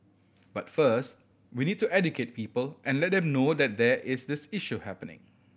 but first we need to educate people and let them know that there is this issue happening